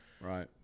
Right